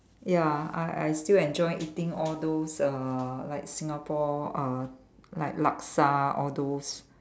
ya I I still enjoy eating all those uh like Singapore uh like Laksa all those